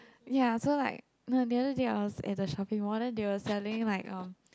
ya so like you know the other day I was at the shopping mall then they were selling like um